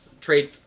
Trade